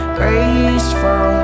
graceful